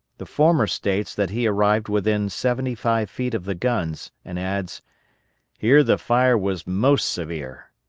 the former states that he arrived within seventy-five feet of the guns, and adds here the fire was most severe.